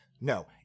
no